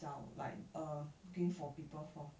找 like err looking for people for